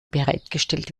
bereitgestellt